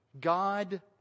God